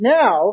now